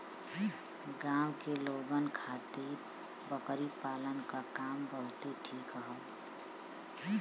गांव के लोगन खातिर बकरी पालना क काम बहुते ठीक हौ